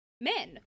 men